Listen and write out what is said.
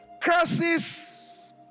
Curses